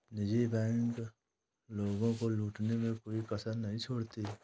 निजी बैंक लोगों को लूटने में कोई कसर नहीं छोड़ती है